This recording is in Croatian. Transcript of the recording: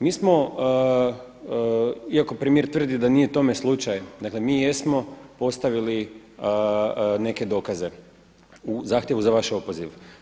Mi smo, iako premijer tvrdi da tome nije slučaj, dakle mi jesmo postavili neke dokaze u zahtjevu za vaš opoziv.